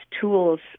tools